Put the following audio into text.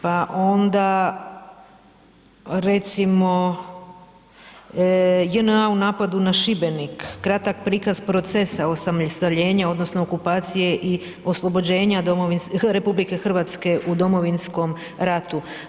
Pa onda recimo JNA u napadu na Šibenik, kratak prikaz procesa osamostaljenja, odnosno okupacije i oslobođenja RH u Domovinskom ratu.